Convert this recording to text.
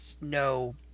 no